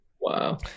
wow